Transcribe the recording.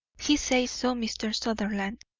he says so, mr. sutherland.